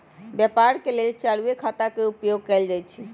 व्यापार के लेल चालूये खता के उपयोग कएल जाइ छइ